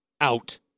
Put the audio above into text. out